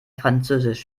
französisch